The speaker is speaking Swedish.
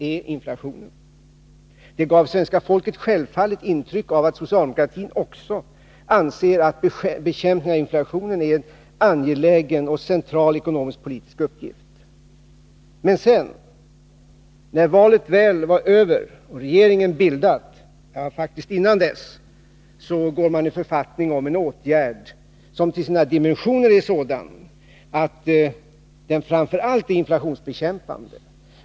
Detta gav självfallet svenska folket intrycket att också socialdemokratin anser att bekämpning av inflationen är en angelägen och central ekonomisk-politisk uppgift. Men sedan — när valet väl var över och regeringen bildad, ja, faktiskt innan dess — går man i författning om en åtgärd som till sina dimensioner är sådan att den framför allt är inflationsbekämpande.